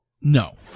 No